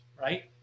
right